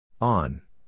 On